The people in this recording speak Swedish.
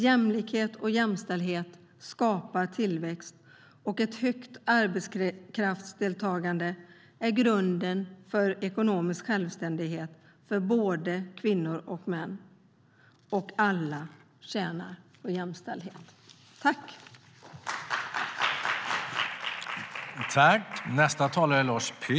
Jämlikhet och jämställdhet skapar tillväxt, och ett högt arbetskraftsdeltagande är grunden för ekonomisk självständighet för både kvinnor och män. Alla tjänar på jämställdhet.